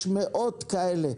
יש מאות כאלה.